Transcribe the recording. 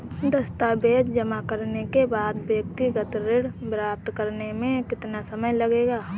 दस्तावेज़ जमा करने के बाद व्यक्तिगत ऋण प्राप्त करने में कितना समय लगेगा?